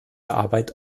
arbeit